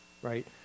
right